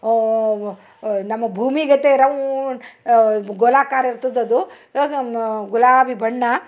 ನಮ್ಮ ಭೂಮಿಗತೆ ರೌಂಡ್ ಗೋಲಾಕಾರ ಇರ್ತದೆ ಅದು ಇವಾಗ ಗುಲಾಬಿ ಬಣ್ಣ